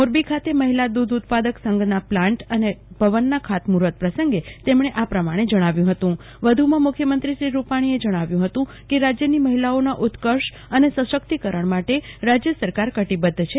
મોરબી ખાતે મહિલા દુધ ઉત્પાદક સંઘના પ્લાન્ટ તથા ભવનના ખાતમુર્ફત પ્રસંગે તેમણે આમ જણાવ્યુ હતું વધુ માં મુખ્યમત્રી શ્રી રૂપાણીએ જણાવ્યુ હતું કે રાજ્યની મહિલાઓના ઉત્કર્ષ અને સશક્તિકરણ માટે રાજય સરકાર કટિબધ્ધ છે